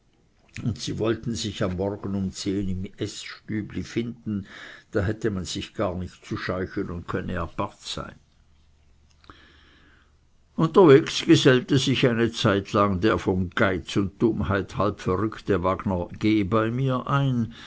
und sie wollten sich am morgen um zehn in s stübli finden da hätte man sich gar nicht zu scheuchen und könne aparte sein unterwegs gesellte sich eine zeitlang der von geiz und dummheit halb verrückte wagner g mir bei